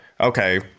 okay